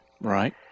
Right